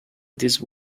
these